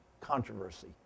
controversy